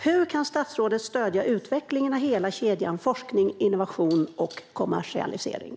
Hur kan statsrådet stödja utvecklingen av hela kedjan: forskning, innovation och kommersialisering?